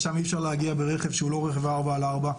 ואי אפשר להגיע ברכב שהוא לא ארבע על ארבע.